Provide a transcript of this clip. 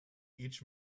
each